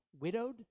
widowed